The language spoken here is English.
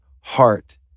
heart